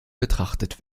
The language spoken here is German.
betrachtet